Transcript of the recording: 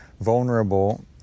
vulnerable